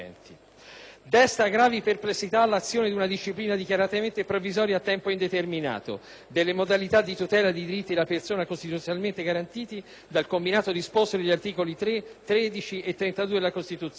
Desta gravi perplessità l'adozione di una disciplina dichiaratamente provvisoria e a tempo indeterminato delle modalità di tutela di diritti della persona, costituzionalmente garantiti dal combinato disposto degli articoli 3, 13 e 32 della Costituzione: